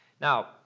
Now